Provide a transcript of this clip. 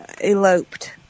eloped